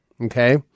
okay